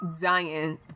dying